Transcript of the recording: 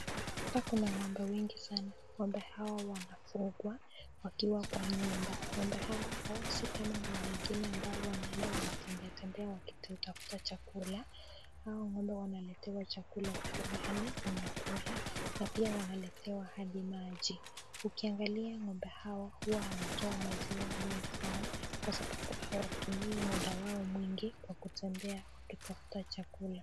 Hapa kuna ng'ombe wengi sana . Ng'ombe wao wanafungwa wakiwa kwa nyumba. Ng'ombe hawa si kama ng'ombe wengine wanaenda wanatembeatembea wakitafuta chakula. Hawa ng'ombe wanaletewa chakula huko ndani wanakula na pia wanaletewa hadi maji . Hukiangalia ngombe hawa huwa wanatoa maziwa mingi sana kwa sababu hawatumii muda wao mwingi wakitembea wakitafuta chakula.